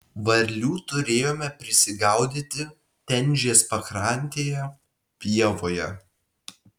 varlių turėjome prisigaudyti tenžės pakrantėje pievoje